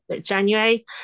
January